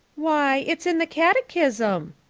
why, it's in the catechism,